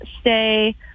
stay